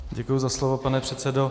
Děkuji za slovo, pane předsedo.